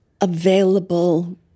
available